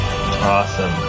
Awesome